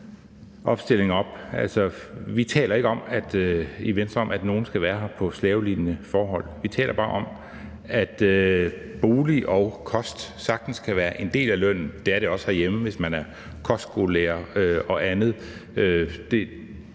i Venstre om, at nogen skal være her på slavelignende forhold. Vi taler bare om, at bolig og kost sagtens kan være en del af lønnen. Det er det også herhjemme, hvis man er kostskolelærer og andet.